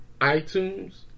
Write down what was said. iTunes